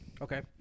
okay